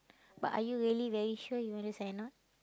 but are you really very sure you want to sign on